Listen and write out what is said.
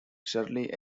shirley